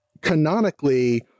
canonically